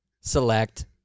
select